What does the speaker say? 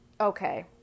Okay